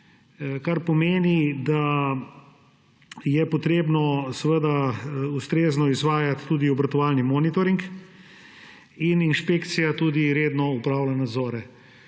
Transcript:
kar pomeni, da jetreba seveda ustrezno izvajati tudi obratovalni monitoring, in inšpekcija tudi redno opravlja nadzore.